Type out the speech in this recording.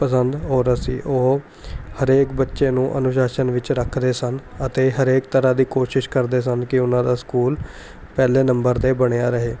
ਪਸੰਦ ਔਰਤ ਸੀ ਉਹ ਹਰੇਕ ਬੱਚੇ ਨੂੰ ਅਨੁਸ਼ਾਸਨ ਵਿੱਚ ਰੱਖਦੇ ਸਨ ਅਤੇ ਹਰੇਕ ਤਰ੍ਹਾਂ ਦੀ ਕੋਸ਼ਿਸ਼ ਕਰਦੇ ਸਨ ਕਿ ਉਹਨਾਂ ਦਾ ਸਕੂਲ ਪਹਿਲੇ ਨੰਬਰ 'ਤੇ ਬਣਿਆ ਰਹੇ